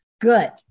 Good